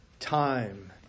time